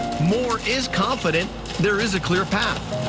moore is confident there is a clear path,